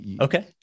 okay